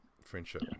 friendship